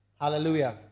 Hallelujah